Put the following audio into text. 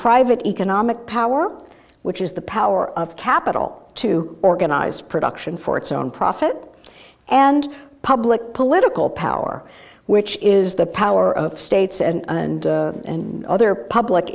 private economic power which is the power of capital to organize production for its own profit and public political power which is the power of states and other public